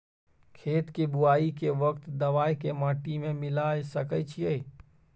खेत के बुआई के वक्त दबाय के माटी में मिलाय सके छिये?